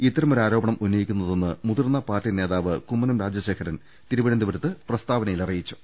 ഇത്തരം ഒരു ആരോപണം ഉന്നയിക്കുന്നതെന്ന് മുതിർന്ന പാർട്ടി നേതാവ് കുമ്മനം രാജശേഖരൻ തിരുവനന്തപുരത്ത് പ്രസ്താവനയിൽ അറിയിച്ചു